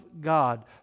God